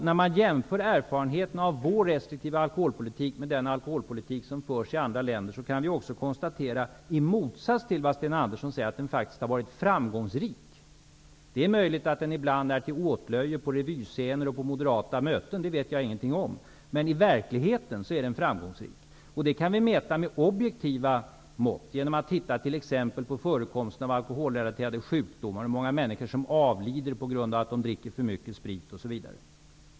När vi jämför erfarenheterna av vår restriktiva alkoholpolitik med den alkoholpolitik som förs i andra länder kan vi också konstatera -- i motsats till vad Sten Andersson säger -- att den faktiskt har varit framgångsrik. Det är möjligt att den ibland är till åtlöje på revyscener och på moderata möten -- det vet jag ingenting om -- men i verkligheten är den framgångsrik. Det kan vi mäta med objektiva mått, t.ex. genom att se på förekomsten av alkoholrelaterade sjukdomar och hur många människor som avlider på grund av att de dricker för mycket sprit osv.